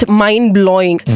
mind-blowing